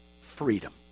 freedom